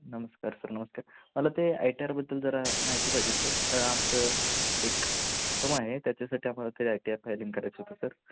नमस्कार सर नमस्कार मला ते आय टी आरबद्दल जरा माहिती पाहिजे होती सर आमचं एक फम आहे त्याच्यासाठी आम्हाला ते आय टी आर फायलिंग करायचं होतं सर